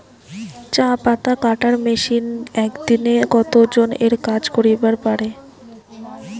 চা পাতা কাটার মেশিন এক দিনে কতজন এর কাজ করিবার পারে?